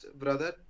brother